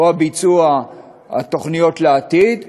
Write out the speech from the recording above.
או הביצוע על תוכניות לעתיד,